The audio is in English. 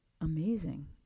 amazing